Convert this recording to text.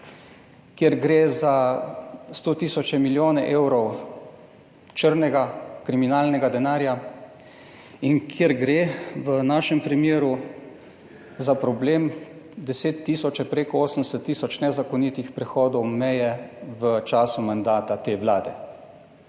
kjer gre za sto tisoče milijone evrov črnega kriminalnega denarja, in kjer gre v našem primeru za problem deset tisoče, preko 80 tisoč nezakonitih prehodov meje v času mandata te Vlade.